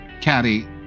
caddy